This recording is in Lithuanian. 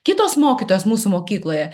kitos mokytojos mūsų mokykloje